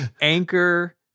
Anchor